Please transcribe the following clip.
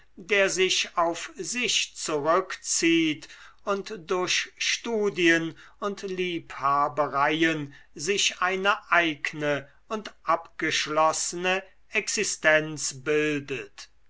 der sich auf sich zurückzieht und durch studien und liebhabereien sich eine eigne und abgeschlossene existenz bildet